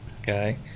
okay